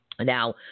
Now